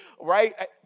right